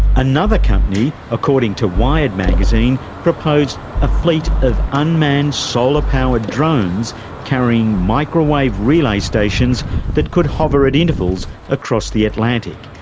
another company, according to wired magazine, proposed a fleet of unmanned solar-powered drones carrying microwave relay stations that could hover at intervals across the atlantic,